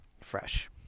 fresh